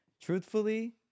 Truthfully